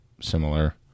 similar